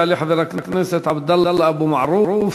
יעלה חבר הכנסת עבדאללה אבו מערוף.